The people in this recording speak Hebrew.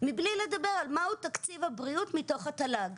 מבלי לדבר על מהו תקציב הבריאות מתוך התל"ג,